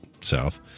south